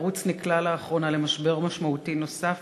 הערוץ נקלע לאחרונה למשבר משמעותי נוסף,